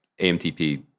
AMTP